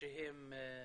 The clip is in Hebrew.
שהם מבצעים.